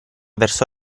verso